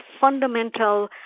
fundamental